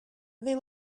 they